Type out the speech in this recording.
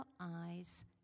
eyes